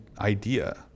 idea